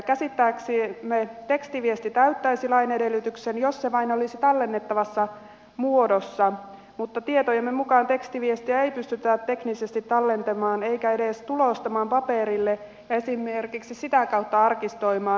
käsittääksemme tekstiviesti täyttäisi lain edellytyksen jos se vain olisi tallennettavassa muodossa mutta tietojemme mukaan tekstiviestejä ei pystytä teknisesti tallentamaan eikä edes tulostamaan paperille ja esimerkiksi sitä kautta arkistoimaan